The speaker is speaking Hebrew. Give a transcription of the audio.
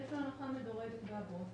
יש לו הנחה מדורגת באגרות.